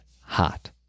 hot